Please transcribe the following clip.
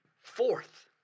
Fourth